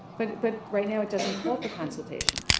but but right now it doesn't hold the consultation.